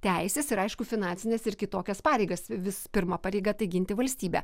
teises ir aišku finansines ir kitokias pareigas vis pirma pareiga tai ginti valstybę